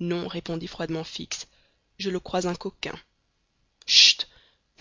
non répondit froidement fix je le crois un coquin chut